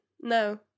no